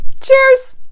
cheers